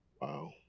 Wow